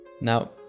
Now